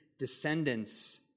descendants